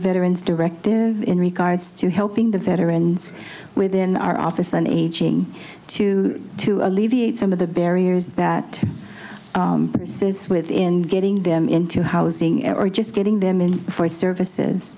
directive in regards to helping the veterans within our office and aging to to alleviate some of the barriers that persist with in getting them into housing or just getting them in for services